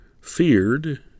feared